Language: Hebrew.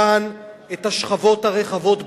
כאן את השכבות הרחבות בארץ,